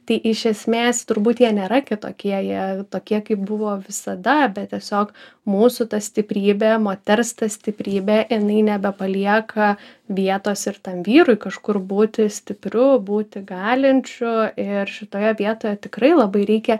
tai iš esmės turbūt jie nėra kitokie jie tokie kaip buvo visada bet tiesiog mūsų ta stiprybė moters ta stiprybė inai nebepalieka vietos ir tam vyrui kažkur būti stipriu būti galinčiu ir šitoje vietoje tikrai labai reikia